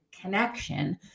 connection